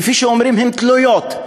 כפי שאומרים, הן תלויות.